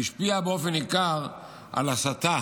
השפיע באופן ניכר על הסטת